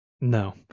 no